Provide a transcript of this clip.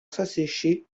s’assécher